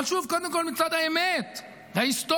אבל שוב, קודם כול מצד האמת, ההיסטוריה.